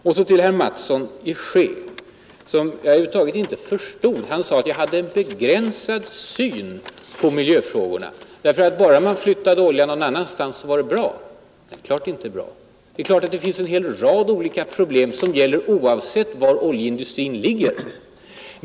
Och så till herr Mattsson i Skee som jag över huvud taget inte förstod. Han sade att jag hade en begränsad syn på miljöfrågorna, att jag skulle anse att bara man flyttade oljan någon annanstans så var det bra. Det är klart att det finns en hel rad olika problem som uppstår oavsett var oljeindustrin ligger.